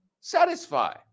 Satisfy